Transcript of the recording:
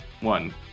One